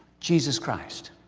jesus christ